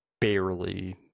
barely